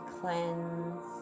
cleanse